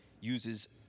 uses